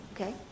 okay